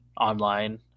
online